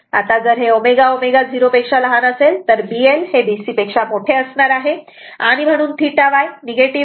आता जर ω ω0 असेल तर B L B C असणार आहे आणि म्हणून θ Y निगेटिव्ह येईल